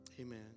Amen